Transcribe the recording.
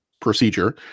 procedure